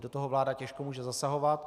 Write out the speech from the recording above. Do toho vláda těžko může zasahovat.